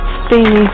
steamy